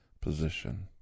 position